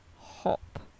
hop